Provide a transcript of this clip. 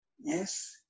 Yes